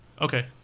Okay